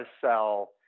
sell